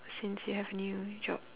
since you have new job